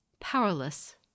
powerless